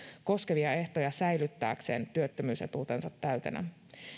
koskevia ehtoja säilyttääkseen työttömyysetuutensa täytenä